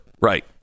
Right